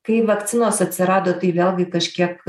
kai vakcinos atsirado tai vėlgi kažkiek